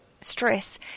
stress